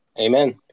Amen